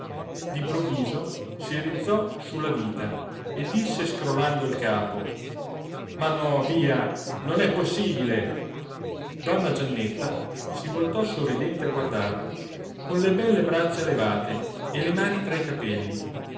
d'improvviso si rizzò sulla vita e disse scrollando il capo ma no via non è possibile donna giannetta si voltò sorridente a guardarlo con le belle braccia levate e le mani tra i capelli